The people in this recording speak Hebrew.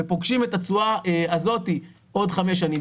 ופוגשים את התשואה הזאת בעוד חמש שנים.